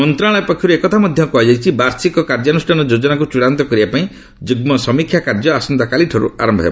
ମନ୍ତ୍ରଣାଳୟ ପକ୍ଷରୁ ଏକଥା ମଧ୍ୟ କୁହାଯାଇଛି ବାର୍ଷିକ କାର୍ଯ୍ୟାନୁଷ୍ଠାନ ଯୋଜନାକୁ ଚୂଡ଼ାନ୍ତ କରିବାପାଇଁ ଯୁଗ୍ମ ସମୀକ୍ଷା କାର୍ଯ୍ୟ ଆସନ୍ତାକାଲିଠାରୁ ଆରମ୍ଭ ହେବ